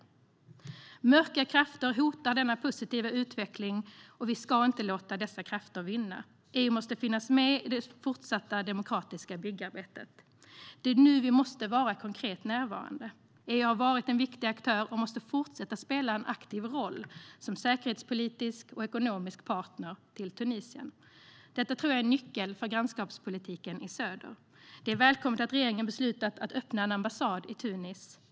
Mörka krafter hotar denna positiva utveckling. Vi ska inte låta dessa krafter vinna! Det är välkommet att regeringen beslutat att öppna en ambassad i Tunis.